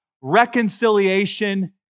reconciliation